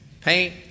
paint